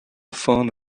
phone